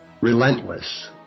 relentless